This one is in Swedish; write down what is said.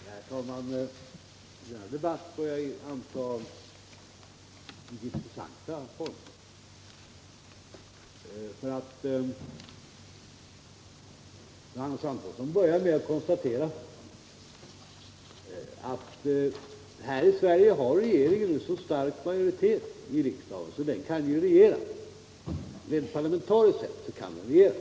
Herr talman! Den här debatten börjar anta intressanta former. Johannes 23 november 1977 Antonsson började sitt senaste inlägg med att konstatera att regeringen här i Sverige har så stor majoritet att den rent parlamentariskt sett kan regera.